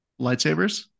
Lightsabers